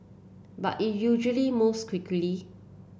but it usually moves quickly